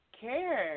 care